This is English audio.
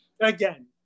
again